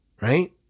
right